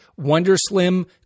Wonderslim